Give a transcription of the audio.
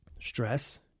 stress